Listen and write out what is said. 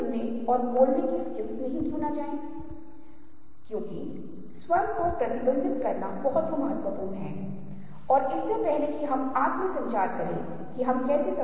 अगर हम जल्दी से अपने कुछ शुरुआती कक्षाओं में वापस चलते हैं जहां हमने व्याख्या की अवधारणा के बारे में बात की है तो आप एक गिलास पानी देखते हैं और आप कहते हैं कि